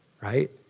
right